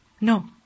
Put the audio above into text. No